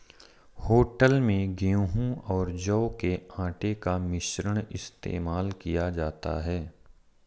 hotel में गेहूं और जौ के आटे का मिश्रण इस्तेमाल किया जाता है